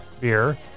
beer